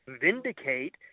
vindicate